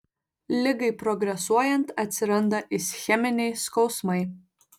ligai progresuojant atsiranda ischeminiai skausmai